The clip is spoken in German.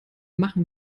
machen